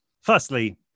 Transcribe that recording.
Firstly